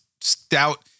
stout